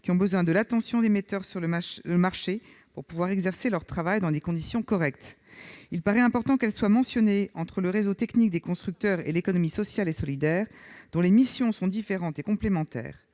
qui ont besoin de l'attention des metteurs sur le marché pour pouvoir exercer leur travail dans des conditions correctes. Il paraît important qu'elles soient mentionnées, entre le réseau technique des constructeurs et l'économie sociale et solidaire, l'ESS, dont les missions sont différentes et complémentaires.